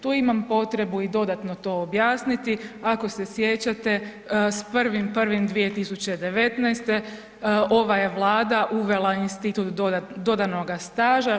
Tu imam potrebu i dodatno to objasniti, ako se sjećate s 1.1.2019.ova je Vlada uvela institut dodanoga staža.